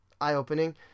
eye-opening